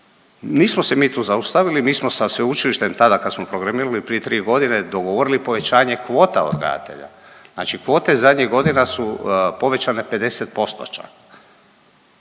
Nismo se mi tu zaustavili, mi smo sa sveučilištem tada kad smo programirali prije 3 godine dogovorili povećanje kvota odgajatelja. Znači kvote zadnjih godina su povećane 50% čak.